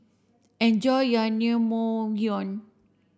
enjoy your Naengmyeon